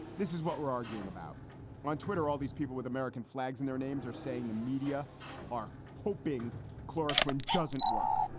this is what we're arguing about on twitter, all these people with american flags and their names are saying the media are hoping chloroquine doesn't work.